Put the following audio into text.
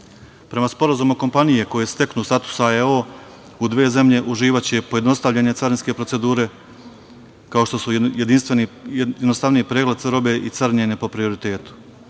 sporazumu, kompanije koje steknu status AEO u dve zemlje uživaće pojednostavljenje carinske procedure, kao što su jednostavniji pregled robe i carinjenje po prioritetu. Program